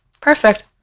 perfect